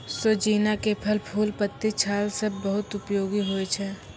सोजीना के फल, फूल, पत्ती, छाल सब बहुत उपयोगी होय छै